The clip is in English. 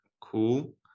cool